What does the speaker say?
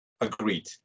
agreed